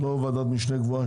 לא ועדת משנה קבועה,